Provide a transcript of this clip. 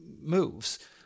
moves